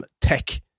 tech